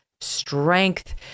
strength